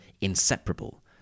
inseparable